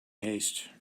haste